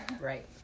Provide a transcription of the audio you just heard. Right